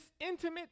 intimate